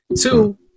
Two